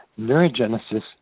neurogenesis